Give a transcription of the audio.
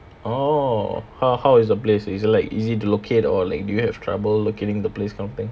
oh how how is the place is it like easy to locate or like do you have trouble locating the place kind of thing